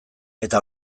eta